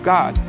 God